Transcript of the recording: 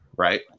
Right